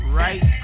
right